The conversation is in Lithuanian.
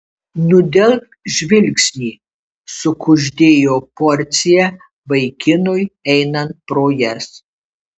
nudelbk žvilgsnį sukuždėjo porcija vaikinui einant pro jas